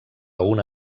una